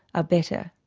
ah better,